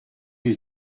you